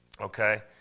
Okay